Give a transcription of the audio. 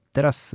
Teraz